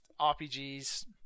RPGs